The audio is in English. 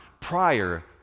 prior